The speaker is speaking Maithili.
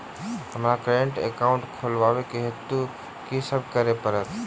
हमरा करेन्ट एकाउंट खोलेवाक हेतु की सब करऽ पड़त?